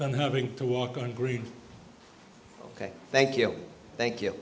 them having to walk on greed ok thank you thank you